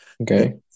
Okay